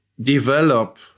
develop